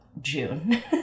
June